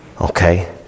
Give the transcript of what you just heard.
Okay